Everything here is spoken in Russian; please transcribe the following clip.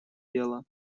дело